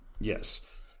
Yes